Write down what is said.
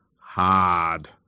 hard